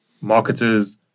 marketers